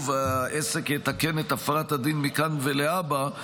והעסק יתקן את הפרת הדין מכאן ולהבא,